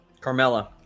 Carmella